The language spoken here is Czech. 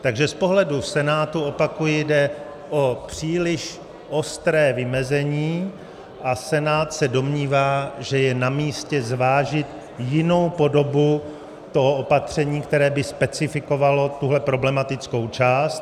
Takže z pohledu Senátu, opakuji, jde o příliš ostré vymezení a Senát se domnívá, že je namístě zvážit jinou podobu toho opatření, které by specifikovalo tuhle problematickou část.